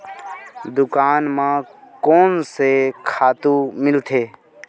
दुकान म कोन से खातु मिलथे?